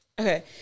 Okay